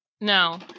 No